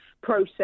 process